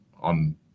on